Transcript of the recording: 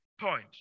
point